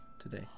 Today